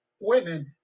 women